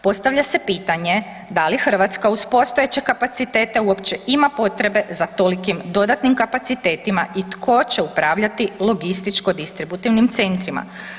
Postavlja se pitanje da li Hrvatska uz postojeće kapacitete ima uopće potrebe za tolikim dodatnim kapacitetima i tko će upravljati logističko-distributivnim centrima?